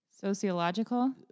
sociological